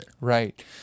Right